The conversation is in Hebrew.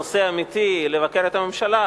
נושא אמיתי לבקר עליו את הממשלה,